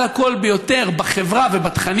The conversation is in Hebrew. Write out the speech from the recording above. חברי השר, ואני באמת חבר שלך,